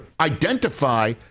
identify